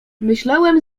myślałem